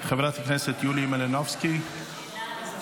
חברת הכנסת יוליה מלינובסקי, בבקשה.